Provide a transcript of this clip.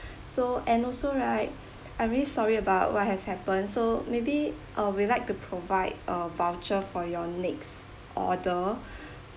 so and also right I'm really sorry about what has happened so maybe uh we'd like to provide a voucher for your next order